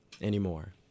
anymore